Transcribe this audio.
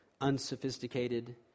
unsophisticated